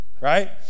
right